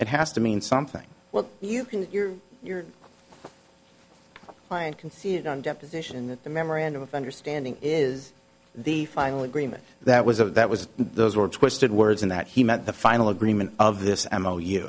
it has to mean something well you your client can see it on deposition that the memorandum of understanding is the final agreement that was a that was those were twisted words in that he met the final agreement of this m o you